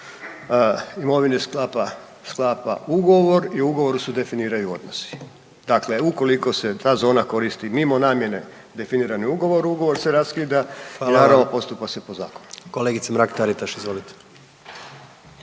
sklapa, sklapa ugovor i u ugovoru se definiraju odnosi. Dakle, ukoliko se ta zona koristi mimo namjene definirane ugovorom, ugovor se raskida …/Upadica: Hvala